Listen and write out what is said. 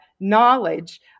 knowledge